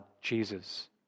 Jesus